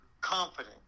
confident